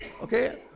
Okay